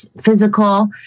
physical